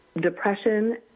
depression